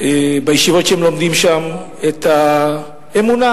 בישיבות שהם לומדים בהן את האמונה,